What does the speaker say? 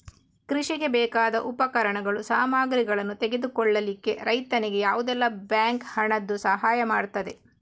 ಕೃಷಿಗೆ ಬೇಕಾದ ಉಪಕರಣಗಳು, ಸಾಮಗ್ರಿಗಳನ್ನು ತೆಗೆದುಕೊಳ್ಳಿಕ್ಕೆ ರೈತನಿಗೆ ಯಾವುದೆಲ್ಲ ಬ್ಯಾಂಕ್ ಹಣದ್ದು ಸಹಾಯ ಮಾಡ್ತದೆ?